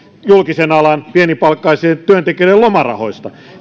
julkisen alan pienipalkkaisien työntekijöiden lomarahoista